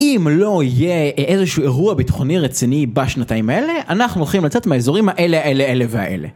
אם לא יהיה איזשהו אירוע ביטחוני רציני בשנתיים האלה, אנחנו הולכים לצאת מאזורים האלה, אלה, אלה והאלה.